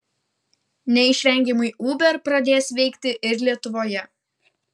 neišvengiamai uber pradės veikti ir lietuvoje